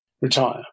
retire